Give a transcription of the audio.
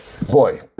Boy